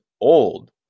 old